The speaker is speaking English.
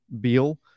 beal